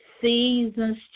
Seasons